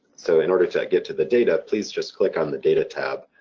so in order to get to the data, please just click on the data tab,